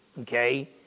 Okay